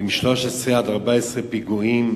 ב-13 14 פיגועים,